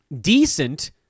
decent